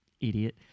Idiot